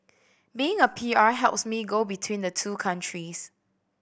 being a P R helps me go between the two countries